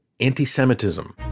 anti-semitism